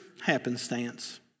happenstance